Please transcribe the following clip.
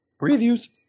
Reviews